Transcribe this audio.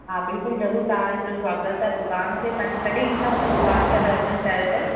हा बिल्कुलु ज़रूरु तव्हांजो स्वागतु आहे दुकान ते तव्हां कॾहिं ईंदा उहा दुकान ते अगरि अचणु चाहियो त